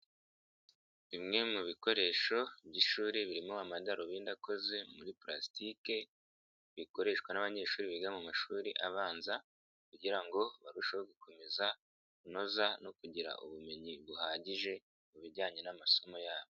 Bimwe mu bikoresho by'ishuri birimo amadarubindi akoze muri pulasitike bikoreshwa n'abanyeshuri biga mu mashuri abanza kugira ngo barusheho gukomeza kunoza no kugira ubumenyi buhagije mu bijyanye n'amasomo yabo.